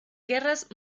guerras